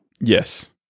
Yes